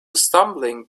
stumbling